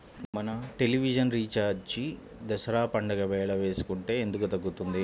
మన television recharge Dasara పండగ వేళ వేసుకుంటే ఎందుకు తగ్గుతుంది?